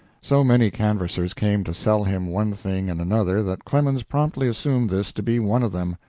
so many canvassers came to sell him one thing and another that clemens promptly assumed this to be one of them.